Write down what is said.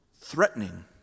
threatening